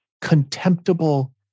contemptible